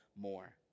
more